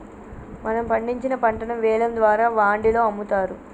మనం పండించిన పంటను వేలం ద్వారా వాండిలో అమ్ముతారు